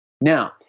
Now